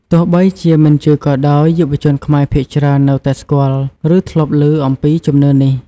ទោះបីជាមិនជឿក៏ដោយ យុវជនខ្មែរភាគច្រើននៅតែស្គាល់ ឬធ្លាប់លឺអំពីជំនឿនេះ។